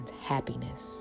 happiness